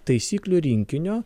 taisyklių rinkinio